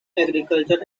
agriculture